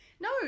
No